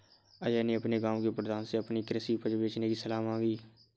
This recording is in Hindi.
अजय ने अपने गांव के प्रधान से अपनी कृषि उपज बेचने की सलाह मांगी